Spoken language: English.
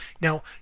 Now